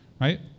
right